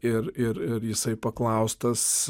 ir ir ir jisai paklaustas